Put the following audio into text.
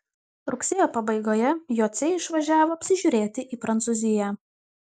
rugsėjo pabaigoje jociai išvažiavo apsižiūrėti į prancūziją